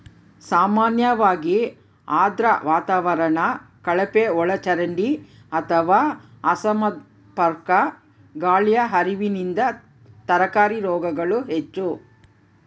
ಸಾಮಾನ್ಯವಾಗಿ ಆರ್ದ್ರ ವಾತಾವರಣ ಕಳಪೆಒಳಚರಂಡಿ ಅಥವಾ ಅಸಮರ್ಪಕ ಗಾಳಿಯ ಹರಿವಿನಿಂದ ತರಕಾರಿ ರೋಗಗಳು ಹೆಚ್ಚು